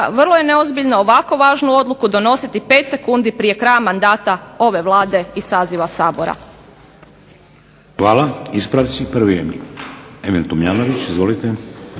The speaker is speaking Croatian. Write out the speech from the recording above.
vrlo je neozbiljno ovako važnu odluku donositi 5 sekundi prije kraja mandata ove Vlade i saziva Sabora.